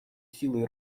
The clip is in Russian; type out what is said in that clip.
силой